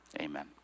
Amen